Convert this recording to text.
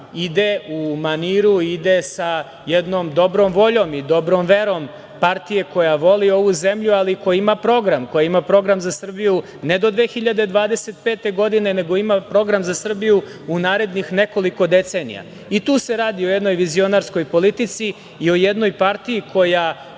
ide u maniru, ide sa jednom dobrom voljom i dobrom verom partije koja voli ovu zemlju, ali koja ima program za Srbiju, ne do 2025. godine, nego ima program za Srbiju u narednih nekoliko decenija. I tu se radi o jednoj vizionarskoj politici i o jednoj partiji, kako